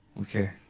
Okay